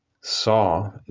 saw